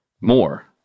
more